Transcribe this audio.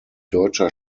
deutscher